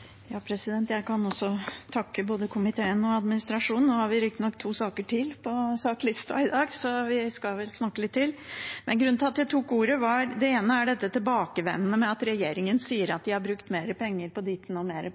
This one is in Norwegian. på sakslista dag, så vi skal vel snakke litt til. Grunnen til at jeg tok ordet, var for det ene dette tilbakevendende med at regjeringen sier de har brukt mer penger på ditten og mer